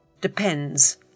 depends